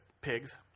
pigs